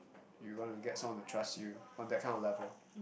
you want to get someone to trust you on that kind of level